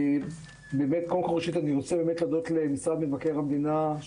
אני רוצה להודות למשרד מבקר המדינה.